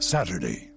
Saturday